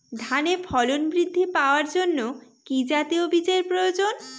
ধানে ফলন বৃদ্ধি পাওয়ার জন্য কি জাতীয় বীজের প্রয়োজন?